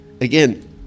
again